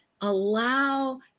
allow